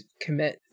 commit